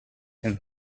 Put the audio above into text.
him